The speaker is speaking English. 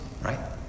right